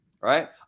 Right